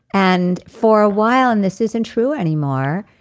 and for a while, and this isn't true anymore.